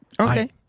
Okay